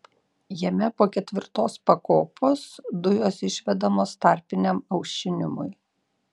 jame po ketvirtos pakopos dujos išvedamos tarpiniam aušinimui